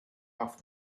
off